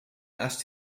asked